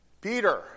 Peter